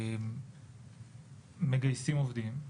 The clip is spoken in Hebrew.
מגייסים עובדים.